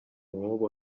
nk’ubu